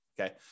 Okay